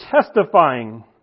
testifying